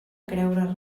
creure